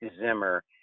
Zimmer